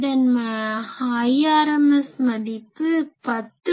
இதன் Irms மதிப்பு 10